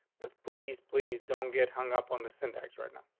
but please, please don't get hung up on the syntax right now.